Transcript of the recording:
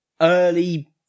early